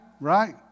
right